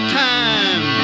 time